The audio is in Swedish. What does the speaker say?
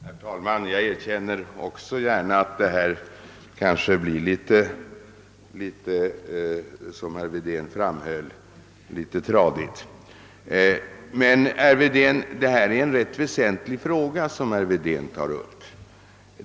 Herr talman! Jag erkänner också gärna att detta kanske blir litet tradigt, som herr Wedén sade. Men, herr Wedén, detta är en ganska väsentlig fråga.